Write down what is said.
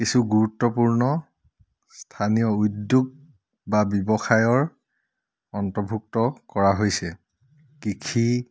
কিছু গুৰুত্বপূৰ্ণ স্থানীয় উদ্যোগ বা ব্যৱসায়ৰ অন্তৰ্ভুক্ত কৰা হৈছে কৃষি